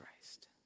Christ